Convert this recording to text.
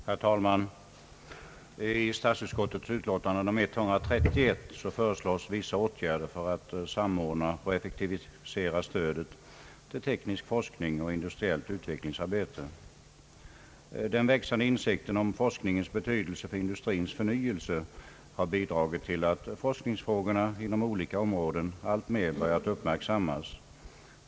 Herr talman! I statsutskottets utlåtande nr 131 föreslås vissa åtgärder för att samordna och effektivisera stödet till teknisk forskning och industriellt utvecklingsarbete. Den växande insikten om forskningens betydelse för industrins förnyelse har bidragit till att forskningsfrågorna inom olika områden alltmer börjat uppmärksammas.